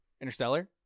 Interstellar